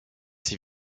ses